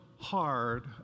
hard